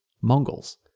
mongols